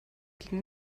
gegen